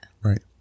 Right